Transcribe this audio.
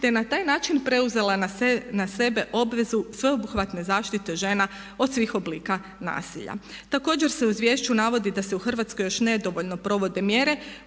je na taj način preuzela na sebe obvezu sveobuhvatne zaštite žena od svih oblika nasilja. Također se u izvješću navodi da se u Hrvatskoj još nedovoljno provode mjere